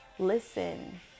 Listen